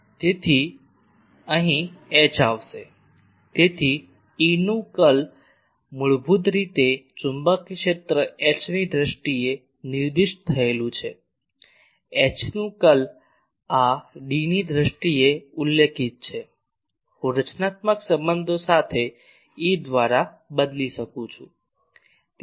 તેથી અહીં H આવશે તેથી E નું કર્લ મૂળભૂત રીતે ચુંબકીય ક્ષેત્ર H ની દ્રષ્ટિએ નિર્દિષ્ટ થયેલું છે H નું કર્લ આ D ની દ્રષ્ટિએ ઉલ્લેખિત છે હું રચનાત્મક સંબંધો સાથે E દ્વારા બદલી શકું છું